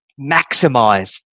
maximize